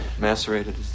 Macerated